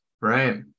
right